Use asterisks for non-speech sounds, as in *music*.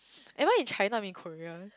*noise* am I in China or in Korea